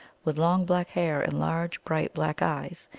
with long black hair and large, bright black eyes,